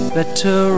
Better